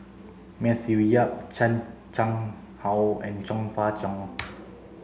Matthew Yap Chan Chang How and Chong Fah Cheong